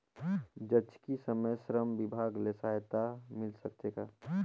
जचकी समय श्रम विभाग ले सहायता मिल सकथे का?